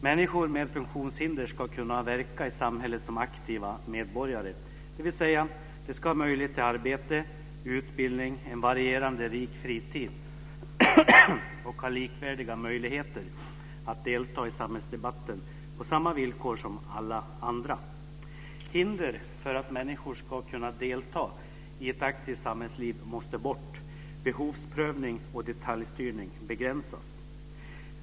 Människor med funktionshinder ska kunna verka i samhället som aktiva medborgare, dvs. att de ska ha möjlighet till arbete, utbildning, en varierande rik fritid och möjligheter att delta i samhällsdebatten på samma villkor som alla andra. Hinder för att människor ska kunna delta i ett aktivt samhällsliv måste bort och behovsprövning och detaljstyrning begränsas.